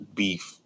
beef